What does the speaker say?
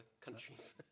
countries